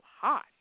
hot